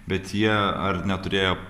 bet jie ar neturėjo